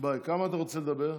כמה אתה רוצה לדבר?